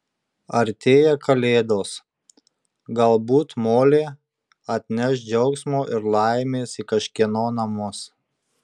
artėja kalėdos galbūt molė atneš džiaugsmo ir laimės į kažkieno namus